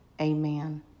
Amen